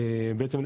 בעצם,